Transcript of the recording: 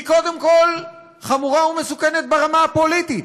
היא קודם כול חמורה ומסוכנת ברמה הפוליטית,